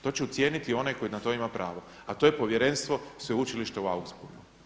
To će ocijeniti onaj koji na to ima pravo, a to je Povjerenstvo Sveučilišta u Ausburgu.